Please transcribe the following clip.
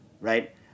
right